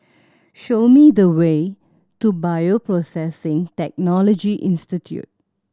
show me the way to Bioprocessing Technology Institute